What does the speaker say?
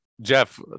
Jeff